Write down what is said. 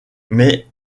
mais